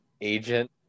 agent